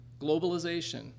globalization